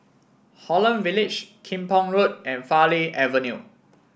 Holland Village Kim Pong Road and Farleigh Avenue